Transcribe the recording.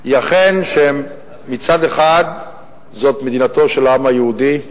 היא אכן, שמצד אחד זאת מדינתו של העם היהודי,